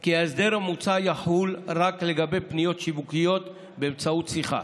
כי ההסדר המוצע יחול רק לגבי פניות שיווקיות באמצעות שיחה.